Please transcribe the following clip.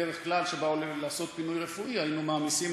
בדרך כלל כשהם באו לעשות פינוי רפואי היינו מעמיסים